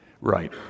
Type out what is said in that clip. Right